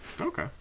Okay